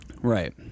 Right